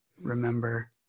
remember